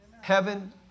Heaven